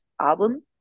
album